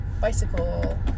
bicycle